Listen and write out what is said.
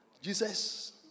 Jesus